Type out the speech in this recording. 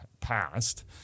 passed